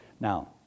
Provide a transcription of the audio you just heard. Now